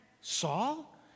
Saul